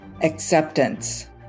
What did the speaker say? acceptance